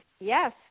Yes